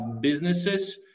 businesses